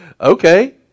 Okay